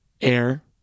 Air